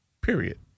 Period